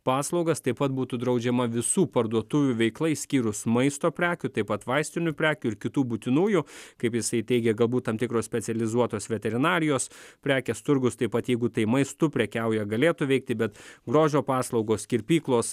paslaugas taip pat būtų draudžiama visų parduotuvių veikla išskyrus maisto prekių taip pat vaistinių prekių ir kitų būtinųjų kaip jisai teigė galbūt tam tikros specializuotos veterinarijos prekės turgūs taip pat jeigu tai maistu prekiauja galėtų veikti bet grožio paslaugos kirpyklos